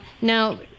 Now